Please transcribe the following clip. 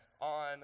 on